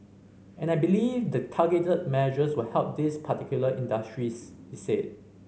and I believe the targeted measures will help these particular industries said